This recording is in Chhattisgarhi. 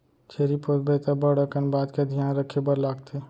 छेरी पोसबे त बड़ अकन बात के धियान रखे बर लागथे